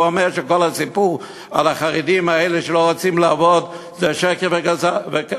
והוא אומר שכל הסיפור על החרדים האלה שלא רוצים לעבוד זה שקר וכזב,